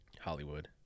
Hollywood